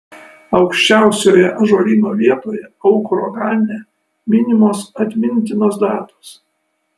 aukščiausioje ąžuolyno vietoje aukuro kalne minimos atmintinos datos